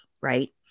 Right